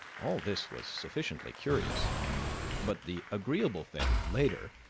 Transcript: all this was sufficiently curious but the agreeable thing, later,